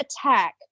attack